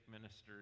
ministers